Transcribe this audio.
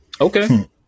Okay